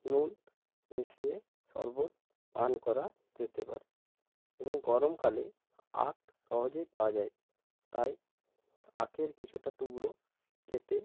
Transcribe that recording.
নুন মিশিয়ে শরবত পান করা যেতে পারে এবং গরমকালে আখ সহজেই পাওয়া যায় তাই আখের কিছুটা টুকরো কেটে